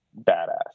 badass